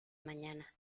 mañana